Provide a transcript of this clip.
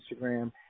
instagram